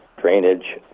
drainage